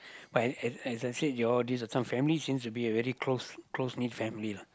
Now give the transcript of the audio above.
but as as as I said your this one family seems to be a very close close knit family lah